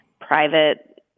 private